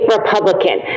Republican